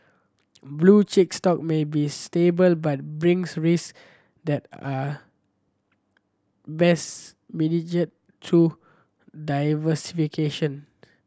blue chip stock may be stable but brings risk that are best through diversification